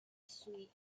sweetened